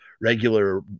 regular